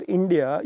India